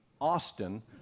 Austin